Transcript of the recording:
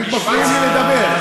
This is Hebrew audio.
רק מפריעים לי לדבר.